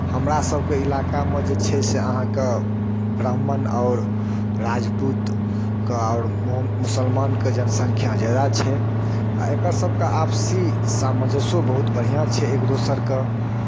हमरासभके इलाकामे जे छै से अहाँके ब्राह्मण आओर राजपूतके आओर मु मुसलमानके जनसंख्या ज्यादा छै आ एकरसभके आपसी सामञ्जस्यो बहुत बढ़िआँ छै एक दोसरके